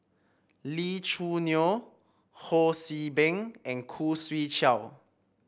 Lee Choo Neo Ho See Beng and Khoo Swee Chiow